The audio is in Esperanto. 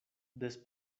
des